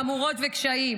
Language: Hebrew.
מהמורות וקשיים,